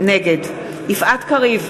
נגד יפעת קריב,